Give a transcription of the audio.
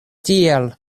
tial